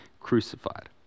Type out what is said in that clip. crucified